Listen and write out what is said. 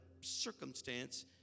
circumstance